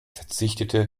verzichtete